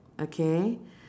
okay